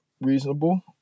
reasonable